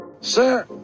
Sir